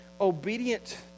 obedient